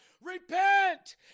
Repent